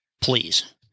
please